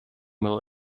will